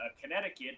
Connecticut